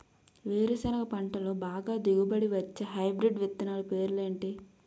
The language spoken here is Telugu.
వేరుసెనగ పంటలో బాగా దిగుబడి వచ్చే హైబ్రిడ్ విత్తనాలు పేర్లు ఏంటి?